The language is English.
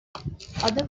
other